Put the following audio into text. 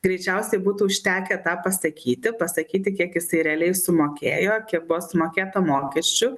greičiausiai būtų užtekę tą pasakyti pasakyti kiek jisai realiai sumokėjo kiek buvo sumokėta mokesčių